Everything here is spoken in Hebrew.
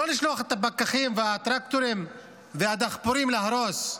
לא לשלוח את הפקחים והטרקטורים והדחפורים להרוס.